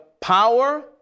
power